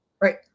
Right